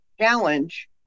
challenge